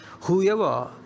whoever